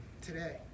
today